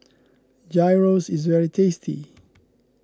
Gyros is very tasty